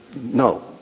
No